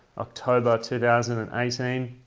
october two thousand and eighteen.